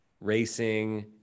racing